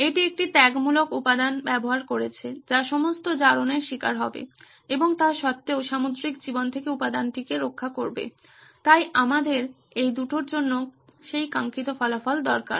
এটি একটি ত্যাগমূলক উপাদান ব্যবহার করছে যা সমস্ত জারণ এর শিকার হবে এবং তা সত্ত্বেও সামুদ্রিক জীবন থেকে উপাদানটিকে রক্ষা করবে তাই আমাদের এই দুটির জন্য সেই কাঙ্ক্ষিত ফলাফল দরকার